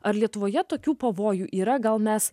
ar lietuvoje tokių pavojų yra gal mes